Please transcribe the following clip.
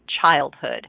childhood